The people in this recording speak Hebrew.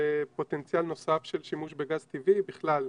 לפוטנציאל נוסף של שימוש בגז טבעי בכלל,